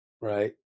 right